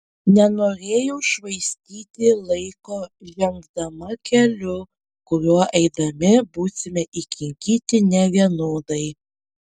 nenorėjau švaistyti laiko žengdama keliu kuriuo eidami būsime įkinkyti nevienodai